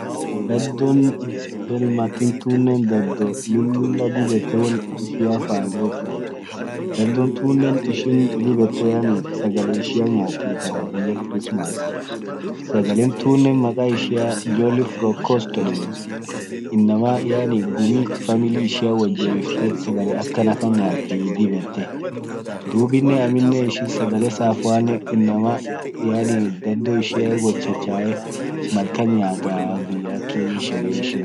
Dado denmark yeden tu dado lila won ishia fan dotuu dado tune dib ete ishin sagale ishia nyatii sagale christmasi sagale tunne maka ishia jole fro cost yedeni inama yaani gumi family ishia wot jebifte sagale akana kan nyatii ishin dub amine sagale sofoa inama dado wotchachani mal kan nyataa.